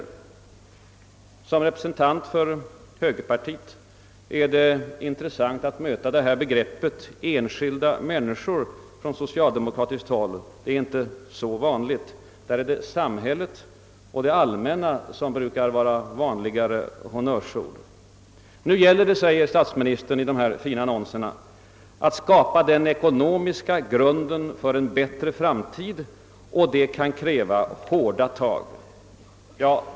Som representant för högerpartiet finner jag det intressant att möta detta begrepp »enskilda människor» från socialdemokratiskt håll; det gör man inte så ofta. På den kanten brukar »samhället» och »det allmänna» vara vanligare honnörsord. Nu gäller det, säger statsministern i sina fina annonser, att »skapa den ekonomiska grunden för en bättre framtid», och det kan kräva »hårda tag».